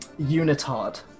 unitard